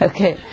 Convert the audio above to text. Okay